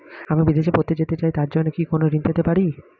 আমি বিদেশে পড়তে যেতে চাই তার জন্য কি কোন ঋণ পেতে পারি?